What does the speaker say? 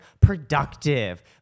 productive